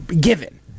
given